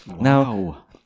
Now